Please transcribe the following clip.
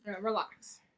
Relax